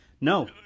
no